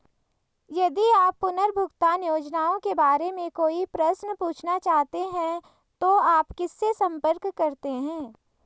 यदि आप पुनर्भुगतान योजनाओं के बारे में कोई प्रश्न पूछना चाहते हैं तो आप किससे संपर्क करते हैं?